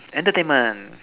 entertainment